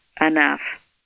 enough